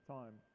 time